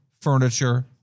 furniture